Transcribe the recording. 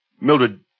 Mildred